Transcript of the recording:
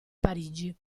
parigi